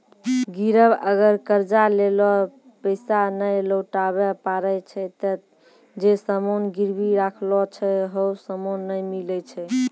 गिरब अगर कर्जा लेलो पैसा नै लौटाबै पारै छै ते जे सामान गिरबी राखलो छै हौ सामन नै मिलै छै